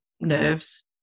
nerves